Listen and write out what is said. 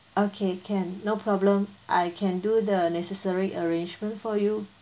okay can no problem I can do the necessary arrangement for you